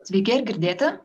sveiki ar girdėti